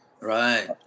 Right